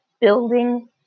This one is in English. building